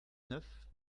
neuf